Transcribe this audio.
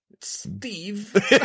Steve